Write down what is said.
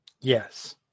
Yes